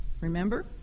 Remember